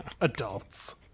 Adults